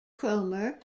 cromer